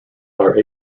are